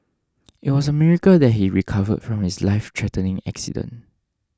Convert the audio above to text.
it was a miracle that he recovered from his lifethreatening accident